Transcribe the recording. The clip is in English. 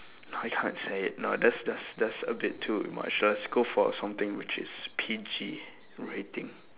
I can't say it no that's that's that's a bit too much let's go for something which is P_G rating